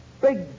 big